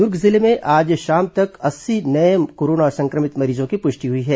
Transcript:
दुर्ग जिले में आज शाम तक अस्सी नये कोरोना संक्र भित मरीजों की पुष्टि हुई है